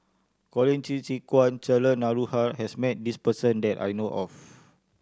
Colin Qi Zhe Quan and Cheryl Noronha has met this person that I know of